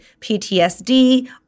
PTSD